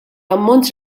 ammont